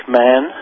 man